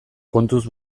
kontuz